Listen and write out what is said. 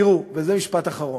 תראו, וזה משפט אחרון,